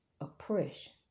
oppression